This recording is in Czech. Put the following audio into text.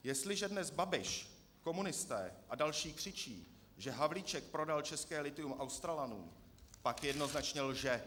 Jestliže dnes Babiš, komunisté a další křičí, že Havlíček prodal české lithium Australanům, pak jednoznačně lže!